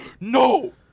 no